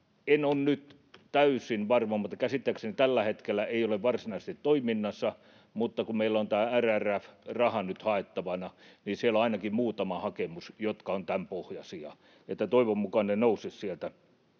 En ole nyt täysin varma, mutta käsittääkseni tällä hetkellä ei ole varsinaisesti toiminnassa, mutta kun meillä on tämä RRF-raha nyt haettavana, niin siellä on ainakin muutama hakemus, jotka ovat tämänpohjaisia. Toivon mukaan ne nousisivat sieltä